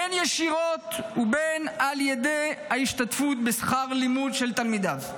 בין ישירות ובין על ידי השתתפות בשכר הלימוד של תלמידיו.